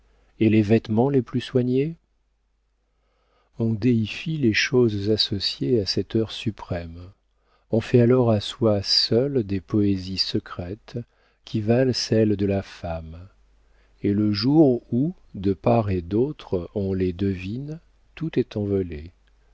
et les vêtements les plus soignés on déifie les choses associées à cette heure suprême on fait alors à soi seul des poésies secrètes qui valent celles de la femme et le jour où de part et d'autre on les devine tout est envolé